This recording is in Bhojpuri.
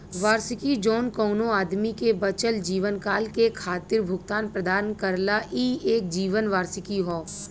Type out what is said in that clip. वार्षिकी जौन कउनो आदमी के बचल जीवनकाल के खातिर भुगतान प्रदान करला ई एक जीवन वार्षिकी हौ